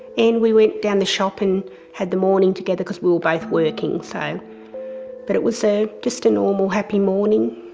and we went down the shop and had the morning together because we were both working, so but it was ah just a normal happy morning.